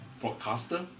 broadcaster